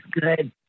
good